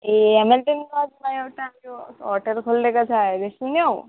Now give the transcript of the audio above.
ए Hamilton लजमा एउटा त्यो होटेल खोलिएको छ अहिले सुन्यौ